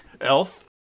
Elf